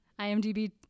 IMDb